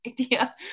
idea